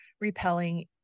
repelling